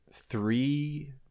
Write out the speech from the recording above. Three